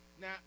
Now